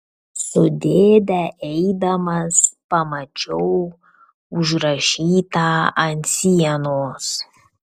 su dėde eidamas pamačiau užrašytą ant sienos